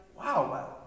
wow